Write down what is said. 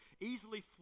easily